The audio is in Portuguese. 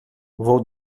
vou